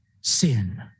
sin